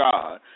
God